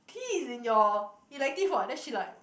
T is in your elective what then she like